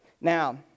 Now